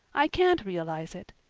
i can't realize it.